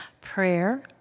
Prayer